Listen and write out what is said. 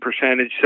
percentage